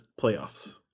playoffs